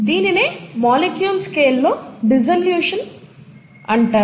దీనినే మాలిక్యూల్ స్కేలులో డిసోలుషన్ అంటారు